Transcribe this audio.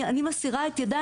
אני מסירה את ידי,